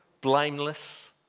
Blameless